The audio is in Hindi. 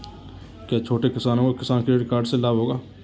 क्या छोटे किसानों को किसान क्रेडिट कार्ड से लाभ होगा?